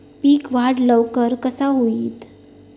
पीक वाढ लवकर कसा होईत?